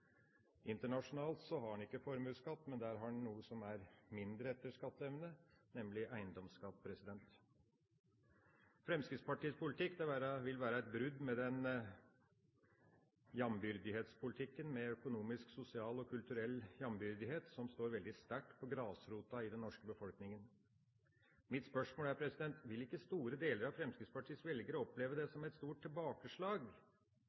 Internasjonalt har en ikke formuesskatt, der har en noe som er mindre etter skatteevne, nemlig eiendomsskatt. Fremskrittspartiets politikk vil være et brudd med den jambyrdighetspolitikken med økonomisk, sosial og kulturell jambyrdighet som står veldig sterkt hos grasrota i den norske befolkningen. Mitt spørsmål er: Vil ikke store deler av Fremskrittspartiets velgere oppleve det